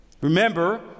Remember